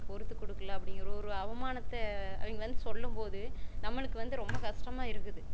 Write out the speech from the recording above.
பொறுத்துக் கொடுக்கலாம் அப்படின்குற ஒரு ஒரு அவமானத்தை அவங்க வந்து சொல்லும்போது நம்மளுக்கு வந்து ரொம்ப கஷ்டமாக இருக்குது